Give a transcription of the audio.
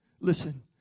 Listen